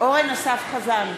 אורן אסף חזן,